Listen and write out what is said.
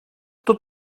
tot